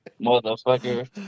Motherfucker